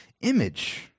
image